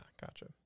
gotcha